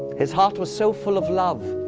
his heart was so full of love